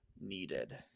needed